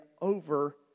over